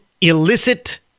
illicit